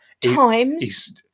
times